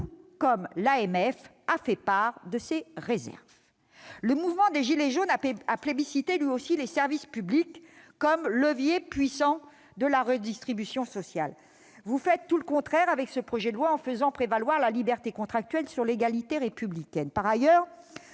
a également fait part de ses réserves. Le mouvement des gilets jaunes a plébiscité, lui aussi, les services publics, comme leviers puissants de redistribution sociale. Vous faites tout le contraire avec ce projet de loi, en faisant prévaloir la liberté contractuelle sur l'égalité républicaine ! Par ailleurs,